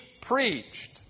preached